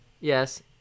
Yes